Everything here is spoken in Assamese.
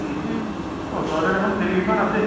ওচৰতে দেখন ফিল্ডকেইখন আছে